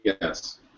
Yes